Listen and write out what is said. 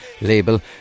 label